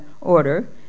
order